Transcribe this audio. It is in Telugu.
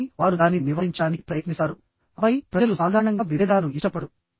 కాబట్టి వారు దానిని నివారించడానికి ప్రయత్నిస్తారు ఆపై ప్రజలు సాధారణంగా విభేదాలను ఇష్టపడరు